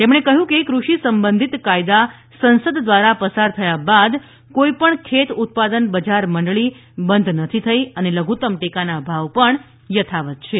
તેમણે કહ્યું કે ક્રષિ સંબંધિત કાયદા સંસદ દ્વારા પસાર થયા બાદ કોઈપણ ખેત ઉત્પાદન બજાર મંડળી બંધ નથી થઈ અને લધુતમ ટેકાના ભાવ પણ યથાવત છે